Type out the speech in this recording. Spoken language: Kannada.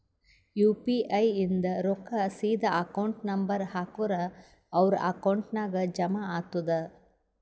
ಯು ಪಿ ಐ ಇಂದ್ ರೊಕ್ಕಾ ಸೀದಾ ಅಕೌಂಟ್ ನಂಬರ್ ಹಾಕೂರ್ ಅವ್ರ ಅಕೌಂಟ್ ನಾಗ್ ಜಮಾ ಆತುದ್